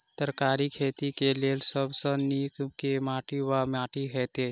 तरकारीक खेती केँ लेल सब सऽ नीक केँ माटि वा माटि हेतै?